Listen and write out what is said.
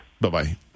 Bye-bye